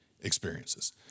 experiences